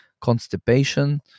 constipation